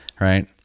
right